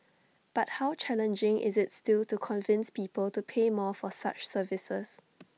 but how challenging is IT still to convince people to pay more for such services